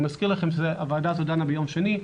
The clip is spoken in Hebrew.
אני מזכיר לכם שהוועדה הזאת דנה ביום שני,